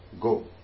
Go